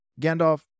Gandalf